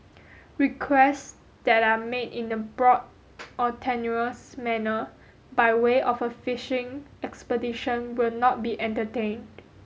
requests that are made in a broad or tenuous manner by way of a fishing expedition will not be entertained